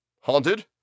Haunted